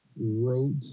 wrote